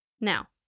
Now